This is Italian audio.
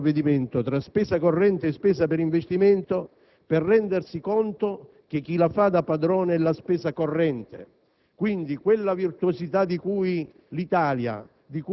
le spese che deriveranno da questo provvedimento, tra spesa corrente e spesa per investimento, per rendersi conto che chi la fa da padrone è la spesa corrente.